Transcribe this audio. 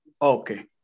Okay